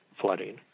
Flooding